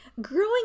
Growing